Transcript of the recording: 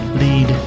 lead